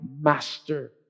master